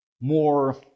more